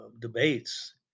debates